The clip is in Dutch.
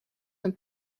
een